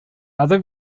other